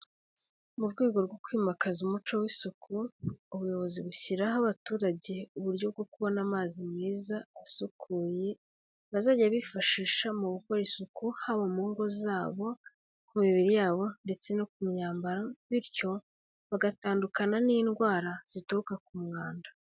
Mu rwego rwo kwimakaza umuco w'isuku, ubuyobozi bushyiriraho abaturage uburyo bwo kubona amazi meza asukuye, bazajya bifashisha mu gukora isuku, haba mu ngo zabo, ku mibiri yabo ndetse no ku myambaro, bityo bagatandukana n'indwara zituruka ku mwanda.